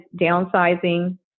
downsizing